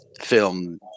film